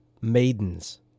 maidens